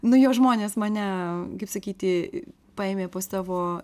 nu jo žmonės mane kaip sakyti paėmė po savo